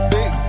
Big